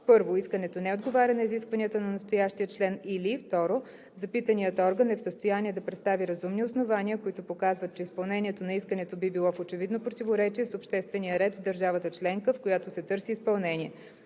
1. искането не отговаря на изискванията на настоящия член, или 2. запитаният орган е в състояние да представи разумни основания, които показват, че изпълнението на искането би било в очевидно противоречие с обществения ред в държавата членка, в която се търси изпълнение.